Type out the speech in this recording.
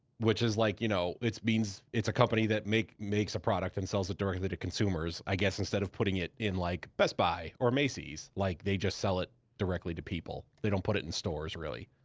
which is like, you know it means it's a company that makes makes a product and sells it directly to consumers, i guess instead of putting it in like, best buy or macy's. like they just sell it directly to people. they don't put it in stores, really.